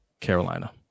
Carolina